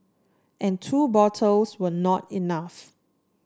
and two bottles were not enough